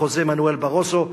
חוזה מנואל ברוסו,